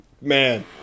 Man